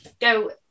go